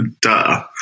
Duh